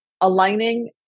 aligning